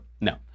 No